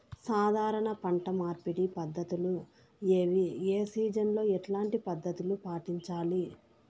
సాధారణ పంట మార్పిడి పద్ధతులు ఏవి? ఏ సీజన్ లో ఎట్లాంటి పద్ధతులు పాటించాలి?